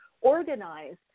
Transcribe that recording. organize